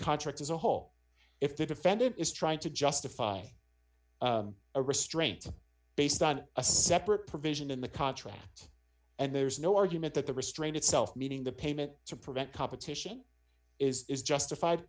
contracts as a whole if the defendant is trying to justify a restraint based on a separate provision in the contract and there's no argument that the restrain itself meaning the payment to prevent competition is justified